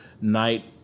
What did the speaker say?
Night